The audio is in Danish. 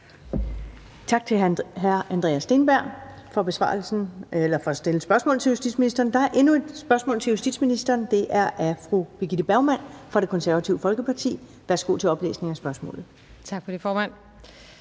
Tak til hr. Andreas Steenberg for at stille spørgsmål til justitsministeren. Der er endnu et spørgsmål til justitsministeren, og det er af fru Birgitte Bergman fra Det Konservative Folkeparti. Kl. 14:06 Spm. nr. S 1387 (omtrykt)